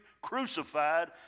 crucified